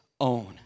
own